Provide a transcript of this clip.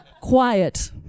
Quiet